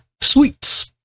sweets